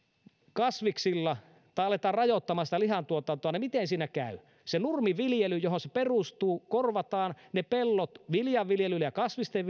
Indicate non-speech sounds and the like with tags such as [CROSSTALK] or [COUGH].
kasviksilla tai aletaan rajoittamaan sitä lihantuotantoa niin miten siinä käy se nurmiviljely johon se perustuu ne pellot korvataan viljanviljelyllä ja kasvisten [UNINTELLIGIBLE]